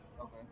Okay